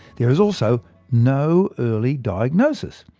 there is also no early diagnosis.